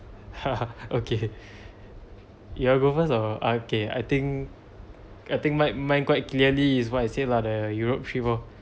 okay you want to go first or okay I think I think mine mine quite clearly is what I said lah the europe trip lor